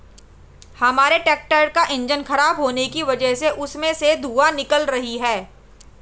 हमारे ट्रैक्टर का इंजन खराब होने की वजह से उसमें से धुआँ निकल रही है